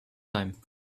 time